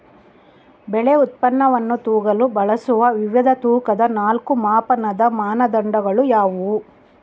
ಬೆಳೆ ಉತ್ಪನ್ನವನ್ನು ತೂಗಲು ಬಳಸುವ ವಿವಿಧ ತೂಕದ ನಾಲ್ಕು ಮಾಪನದ ಮಾನದಂಡಗಳು ಯಾವುವು?